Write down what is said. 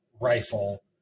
rifle